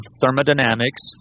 thermodynamics